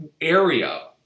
area